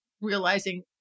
realizing